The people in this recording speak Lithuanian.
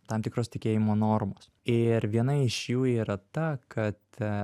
tam tikros tikėjimo normos ir viena iš jų yra ta kad